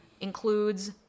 includes